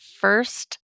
first